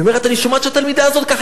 אומרת: אני שומעת שהתלמידה הזאת ככה,